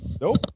Nope